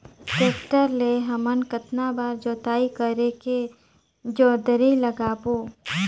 Tractor ले हमन कतना बार जोताई करेके जोंदरी लगाबो?